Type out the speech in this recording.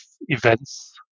events